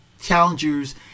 challengers